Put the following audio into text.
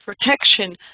protection